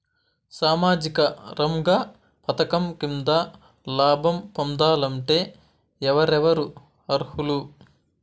సామాజిక రంగ పథకం కింద లాభం పొందాలంటే ఎవరెవరు అర్హులు?